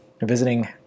visiting